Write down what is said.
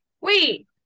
wait